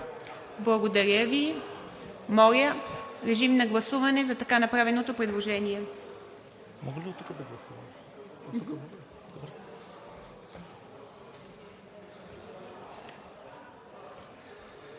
Благодаря Ви. Моля, режим на гласуване за така направеното предложение.